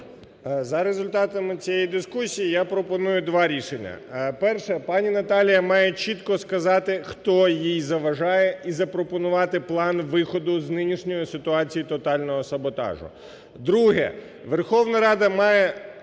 За результатами цієї дискусії я пропоную два рішення. Перше. Пані Наталія має чітко сказати, хто їй заважає і запропонувати план виходу з нинішньої ситуації тотального саботажу. Друге. Верховна Рада має